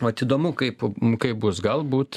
vat įdomu kaip kaip bus galbūt